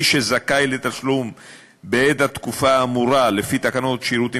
מי שזכאי לתשלום בעד התקופה האמורה לפי תקנות שירותים